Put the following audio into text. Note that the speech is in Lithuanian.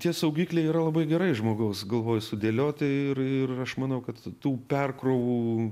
tie saugikliai yra labai gerai žmogaus galvoj sudėlioti ir ir aš manau kad tų perkrovų